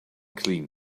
clean